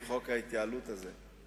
מ-3% לאפס אחוז.